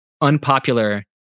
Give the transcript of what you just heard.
unpopular